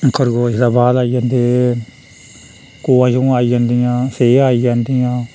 खरगोश दे बाद आई जंदे घोआं छोआं आई जंदियां सेह् आई जंदियां